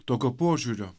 tokio požiūrio